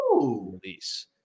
release